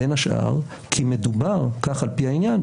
בין השאר כי מדובר כך על פי העניין,